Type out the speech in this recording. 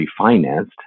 refinanced